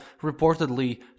reportedly